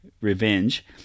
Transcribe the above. revenge